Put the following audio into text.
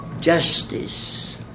Justice